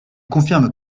confirme